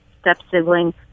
step-sibling